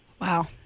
Wow